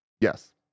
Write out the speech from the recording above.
yes